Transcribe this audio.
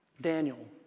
Daniel